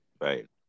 Right